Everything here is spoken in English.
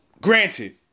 granted